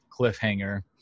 cliffhanger